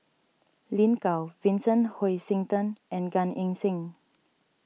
Lin Gao Vincent Hoisington and Gan Eng Seng